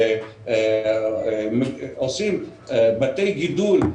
ועושים בתי גידול,